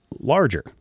larger